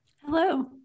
Hello